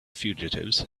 fugitives